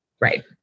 Right